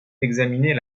d’examiner